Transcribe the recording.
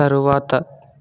తరువాత